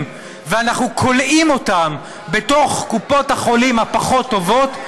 ואנחנו כולאים אותם בתוך קופות החולים הפחות-טובות,